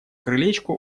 крылечку